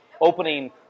opening